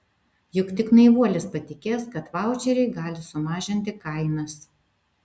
juk tik naivuolis patikės kad vaučeriai gali sumažinti kainas